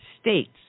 states